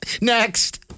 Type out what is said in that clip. Next